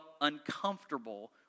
uncomfortable